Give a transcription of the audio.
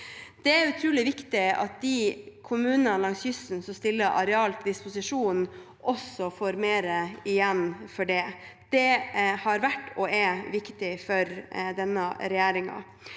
Det er utrolig viktig at de kommunene langs kysten som stiller areal til disposisjon, også får mer igjen for det. Det har vært, og er, viktig for denne regjeringen.